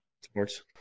Sports